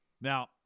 Now